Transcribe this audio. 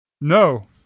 No